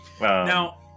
Now